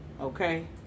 okay